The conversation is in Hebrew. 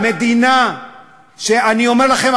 ואני אומר לכם,